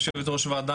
יושבת-ראש הוועדה,